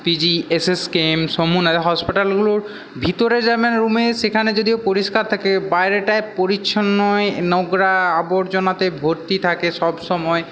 PG SSKM Shambhunath হসপিটালগুলোর ভিতরে যাবেন রুমে সেখানে যদিও পরিষ্কার থাকে বাইরেটাই পরিচ্ছন্ন নয় নোংরা আবর্জনাতে ভর্তি থাকে সব সময়